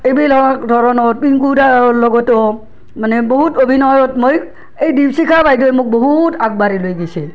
এইবিলাক ধৰণৰ পিংকু দাৰ লগতো মানে বহুত অভিনয়ত মই এই দীপশিখা বাইদেউৱে মোক বহুত আগবাঢ়ে লৈ গেইছি